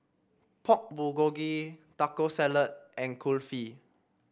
Pork Bulgogi Taco Salad and Kulfi